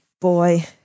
boy